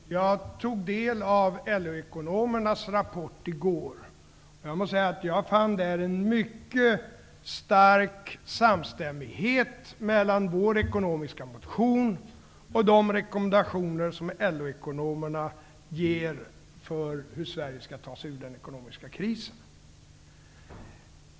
Fru talman! Jag tog del av LO-ekonomernas rapport i går. Jag måste säga att jag där fann en mycket stark samstämmighet mellan vår ekonomiska motion och de rekommendationer som LO-ekonomerna ger för hur Sverige skall ta sig ur den ekonomiska krisen.